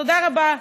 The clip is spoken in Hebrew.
תודה רבה.